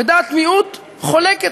ודעת מיעוט חולקת,